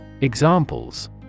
Examples